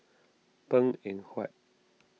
Png Eng Huat